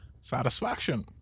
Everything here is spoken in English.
satisfaction